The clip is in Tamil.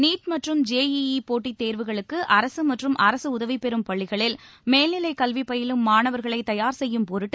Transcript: நீட் மற்றும் ஜே ஈஈ போட்டித் தேர்வுகளுக்கு அரசு மற்றும் அரசு உதவி பெறும் பள்ளிகளில் மேல்நிலைக் கல்வி பயிலும் மாணவர்களை தயார் செய்யும் பொருட்டு